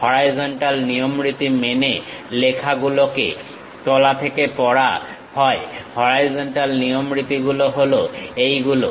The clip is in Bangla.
হরাইজন্টাল নিয়মরীতি মেনে লেখাগুলোকে তলা থেকে পড়া হয় হরাইজন্টাল নিয়ম রীতিগুলো হলো এইগুলো